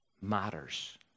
matters